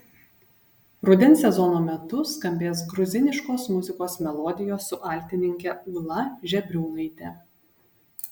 rudens sezono metu skambės gruziniškos muzikos melodijos su altininke ūla žebriūnaite